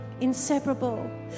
inseparable